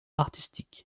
artistiques